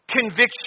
conviction